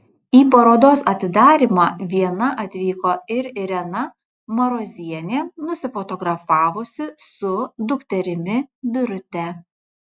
į parodos atidarymą viena atvyko ir irena marozienė nusifotografavusi su dukterimi birute